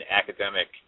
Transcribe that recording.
academic